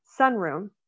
sunroom